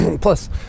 Plus